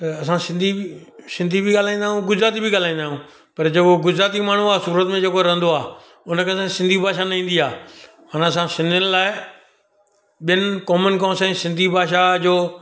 त असां सिंधी बि सिंधी बि ॻाल्हाईंयूं गुजराती बि ॻाल्हाईंदा आहियूं पर जेको गुजराती माण्हू आहे सूरत में जेको रहंदो आहे हुनखे त सिंधी भाषा न ईंदी आहे माना असां सिंधियुनि लाइ ॿिनि क़ौमनि खां असांजी सिंधी भाषा जो